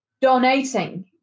donating